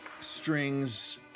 strings